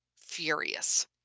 furious